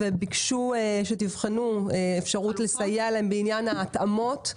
וביקשו שתבחנו אפשרות לסייע להם בעניין ההתאמות?